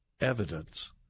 evidence